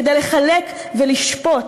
כדי לחלק ולשפוט.